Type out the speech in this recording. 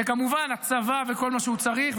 זה כמובן הצבא וכל מה שהוא צריך,